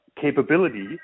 capability